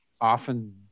often